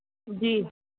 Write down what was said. جی